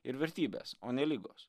ir vertybės o ne ligos